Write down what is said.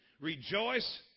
Rejoice